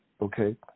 Okay